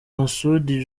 masudi